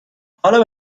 حالا